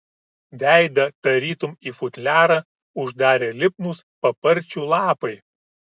veidą tarytum į futliarą uždarė lipnūs paparčių lapai